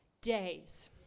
days